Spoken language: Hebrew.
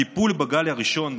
הטיפול בגל הראשון,